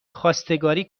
خواستگاری